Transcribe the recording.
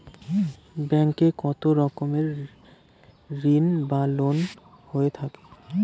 Bank এ কত রকমের ঋণ বা লোন হয়ে থাকে?